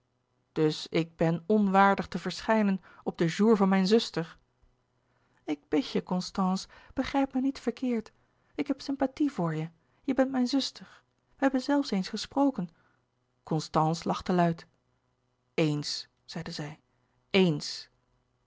dus ik ben onwaardig te verschijnen op den jour van mijn zuster louis couperus de boeken der kleine zielen ik bid je constance begrijp mij niet verkeerd ik heb sympathie voor je je bent mijn zuster we hebben zelfs eens gesproken constance lachte luid eéns zeide zij eéns